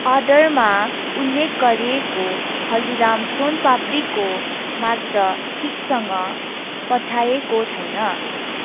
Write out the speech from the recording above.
अर्डरमा उल्लेख गरिएको हल्दीराम सोन पाप्डीको मात्रा ठिकसँग पठाएको छैन